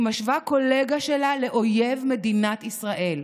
היא משווה קולגה שלה לאויב מדינת ישראל.